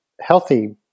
healthy